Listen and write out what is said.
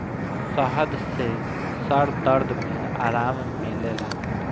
शहद से सर दर्द में आराम मिलेला